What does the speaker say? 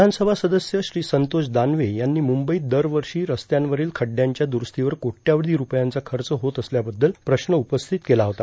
विधानसभा सदस्य श्री संतोष दानवे यांनी मुंबईत दरवर्षी रस्त्यांवरील खड्ड्यांच्या दुरूस्तीवर कोट्यावधी रूपयांचा खर्च होत असल्याबद्दल प्रश्न उपस्थित केला होता